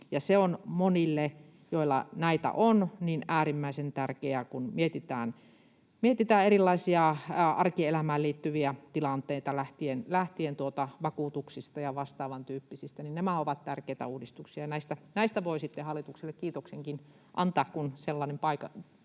Se on monille, joilla näitä on, äärimmäisen tärkeää. Kun mietitään erilaisia arkielämään liittyviä tilanteita lähtien vakuutuksista ja vastaavan tyyppisistä, niin nämä ovat tärkeitä uudistuksia, ja näistä voi sitten hallitukselle kiitoksenkin antaa, kun sellainen kerta